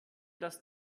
das